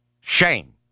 Shame